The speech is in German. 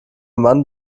mann